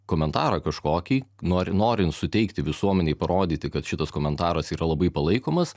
komentarą kažkokį nori norint suteikti visuomenei parodyti kad šitas komentaras yra labai palaikomas